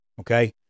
Okay